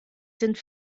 sind